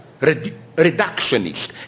reductionist